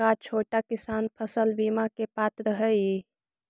का छोटा किसान फसल बीमा के पात्र हई?